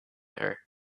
her